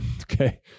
Okay